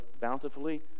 bountifully